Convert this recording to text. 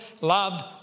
loved